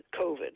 Covid